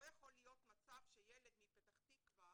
לא יכול להיות מצב שילד מפתח תקווה,